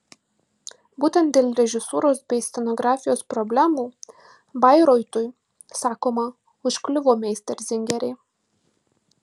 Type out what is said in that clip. būtent dėl režisūros bei scenografijos problemų bairoitui sakoma užkliuvo meisterzingeriai